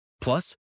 Plus